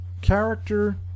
character